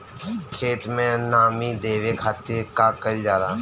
खेत के नामी देवे खातिर का कइल जाला?